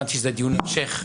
הבנתי שזה דיון המשך.